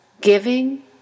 giving